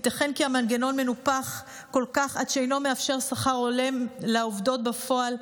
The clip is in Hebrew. ייתכן כי המנגנון מנופח כל כך עד שאינו מאפשר שכר הולם לעובדות בפועל.